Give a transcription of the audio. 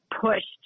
pushed